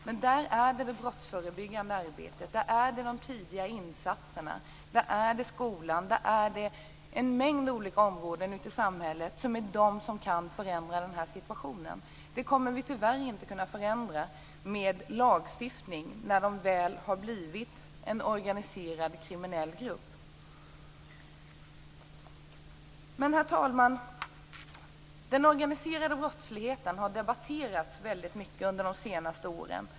Det är det brottsförebyggande arbetet och de tidiga insatserna i skolan och på en mängd olika områden ute i samhället som kan förändra situationen. När gänget väl har blivit en organiserad kriminell grupp kan vi tyvärr inte förändra någonting med lagstiftning. Herr talman! Den organiserade brottsligheten har debatterats väldigt mycket under de senaste åren.